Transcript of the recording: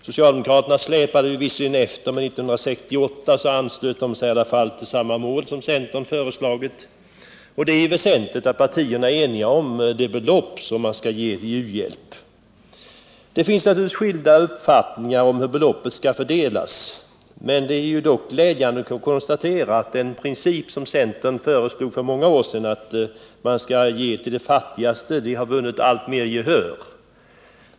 Socialdemokraterna släpade visserligen efter, men 1968 anslöt de sig till samma mål som centern föreslagit. Det är väsentligt att partierna är eniga om vilket belopp vårt land skall ge i u-hjälp. Det finns naturligtvis skilda uppfattningar om hur beloppet skall fördelas. Det är dock glädjande att kunna konstatera att den princip som centern föreslog för många år sedan, nämligen att man skall ge till de fattigaste, alltmer har vunnit gehör.